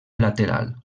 lateral